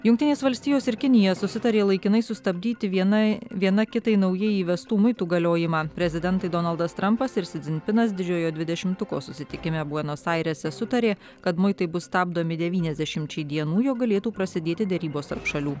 jungtinės valstijos ir kinija susitarė laikinai sustabdyti vienai viena kitai naujai įvestų muitų galiojimą prezidentai donaldas trampas ir si dzin pinas didžiojo dvidešimtuko susitikime buenos airėse sutarė kad muitai bus stabdomi devyniasdešimčiai dienų jog galėtų prasidėti derybos tarp šalių